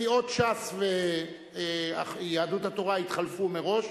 סיעות ש"ס ויהדות התורה התחלפו מראש.